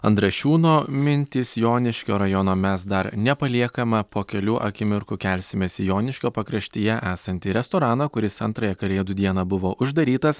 andrašiūno mintys joniškio rajono mes dar nepaliekama po kelių akimirkų kelsimės į joniškio pakraštyje esantį restoraną kuris antrąją kalėdų dieną buvo uždarytas